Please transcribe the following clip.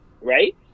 Right